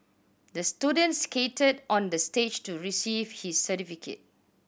the student skated on the stage to receive his certificate